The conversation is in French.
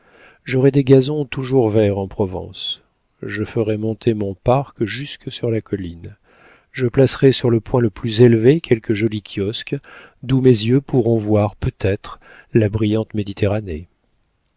j'aurai des gazons toujours verts en provence je ferai monter mon parc jusque sur la colline je placerai sur le point le plus élevé quelque joli kiosque d'où mes yeux pourront voir peut-être la brillante méditerranée